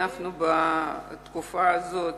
בתקופה הזאת